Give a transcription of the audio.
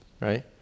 right